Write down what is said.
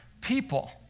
people